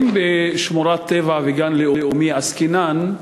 אם בשמורת טבע וגן לאומי עסקינן,